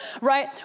right